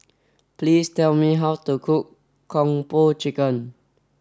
please tell me how to cook Kung Po Chicken